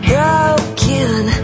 Broken